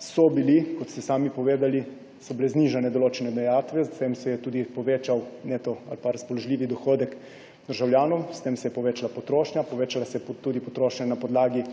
so bile, kot ste sami povedali, znižane določene dajatve. S tem se je tudi povečal neto ali razpoložljivi dohodek državljanom. S tem se je povečala potrošnja, povečala se je tudi potrošnja na podlagi